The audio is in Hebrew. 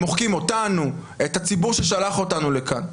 אתם מוחקים אותנו, את הציבור ששלח אותנו לכאן.